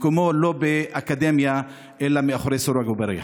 מקומו לא באקדמיה אלא מאחורי סורג ובריח.